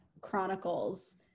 chronicles